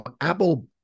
Apple